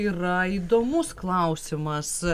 yra įdomus klausimas